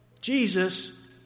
Jesus